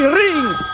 rings